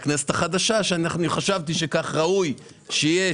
לכנסת החדשה שחשבתי שכך ראוי שיהיה,